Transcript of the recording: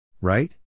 Right